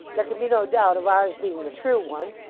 there can be no doubt of ours being the true one.